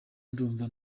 ndumva